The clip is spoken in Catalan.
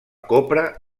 copra